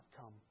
come